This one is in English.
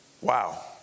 Wow